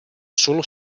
sono